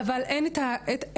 אבל אין את ההגדרה,